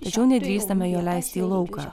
tačiau nedrįstame jo leisti į lauką